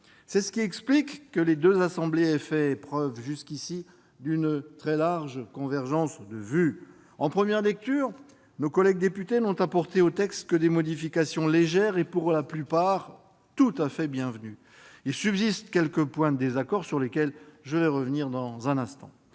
C'est ce qui explique que les deux assemblées aient fait preuve jusqu'à présent d'une très large convergence de vues. En première lecture, nos collègues députés n'ont apporté au texte que des modifications légères et, pour la plupart, tout à fait bienvenues. Il subsiste quelques points de désaccord, sur lesquels je vais revenir dans un instant.